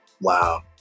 Wow